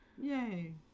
Yay